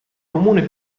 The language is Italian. comune